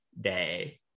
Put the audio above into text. day